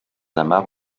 amarres